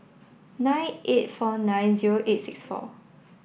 nine eight four nine zero eight six four